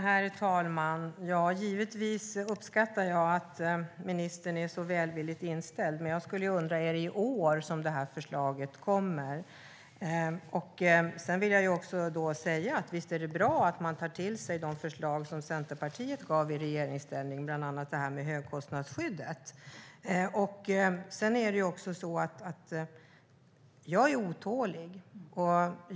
Herr talman! Givetvis uppskattar jag att ministern är så välvilligt inställd, men jag undrar: Är det i år det här förslaget kommer? Visst är det bra att man tar till sig de förslag som Centerpartiet gav i regeringsställning, bland annat förslaget om högkostnadsskyddet. Men jag är otålig.